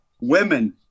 women